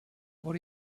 what